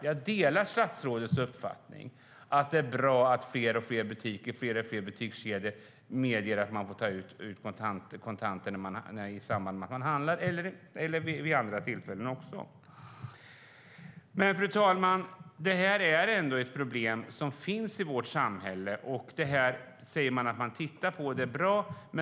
Jag delar statsrådets uppfattning att det är bra att fler och fler butiker och butikskedjor medger att kunderna får ta ut kontanter i samband med att de handlar, eller vid andra tillfällen också. Men, fru talman, det här är ändå ett problem som finns i vårt samhälle. Man säger att man tittar på det, och det är bra.